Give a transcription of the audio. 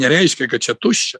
nereiškia kad čia tuščia